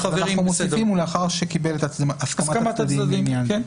ולאחר שקיבל את הסכמת הצדדים לעניין.